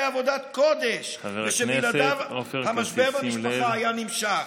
עבודת קודש ושבלעדיו המשבר במשפחה היה נמשך.